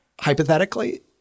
hypothetically